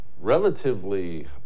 relatively